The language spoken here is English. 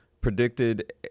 predicted